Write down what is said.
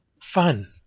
fun